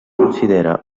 considera